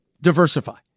Diversify